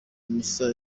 misa